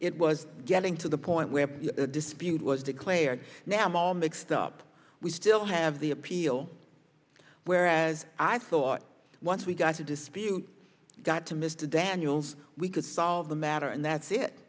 it was getting to the point where the dispute was declared now i'm all mixed up we still have the appeal whereas i thought once we got to disappear you got to mr daniels we could solve the matter and that's it